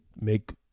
make